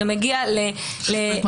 זה מגיע לשופט מעצרים.